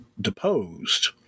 deposed